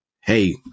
Hey